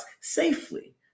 safely